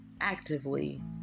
actively